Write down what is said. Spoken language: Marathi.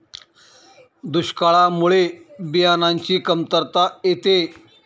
दुष्काळामुळे बियाणांची कमतरता येते